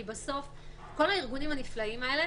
בסוף כל הארגונים הנפלאים האלה,